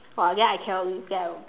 !wah! then I cannot really tell